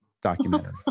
documentary